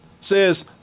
says